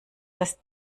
das